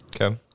Okay